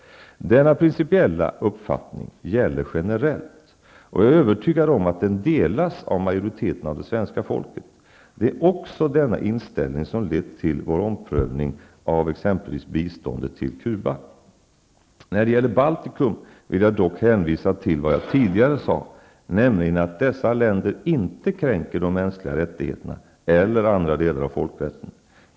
Denna principiella uppfattning gäller generellt, och jag är övertygad om att den delas av majoriteten av det svenska folket. Det är också denna inställning som lett till vår omprövning av exempelvis biståndet till Cuba. När det gäller Baltikum vill jag dock hänvisa till vad jag tidigare sade, nämligen att dessa länder inte kränker de mänskliga rättigheterna eller andra delar av folkrätten.